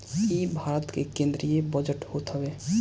इ भारत के केंद्रीय बजट होत हवे